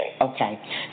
Okay